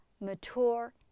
mature